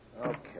Okay